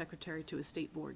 secretary to a state board